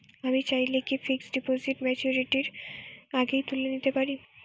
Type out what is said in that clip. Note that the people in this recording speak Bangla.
আমি চাইলে কি ফিক্সড ডিপোজিট ম্যাচুরিটির আগেই তুলে নিতে পারি?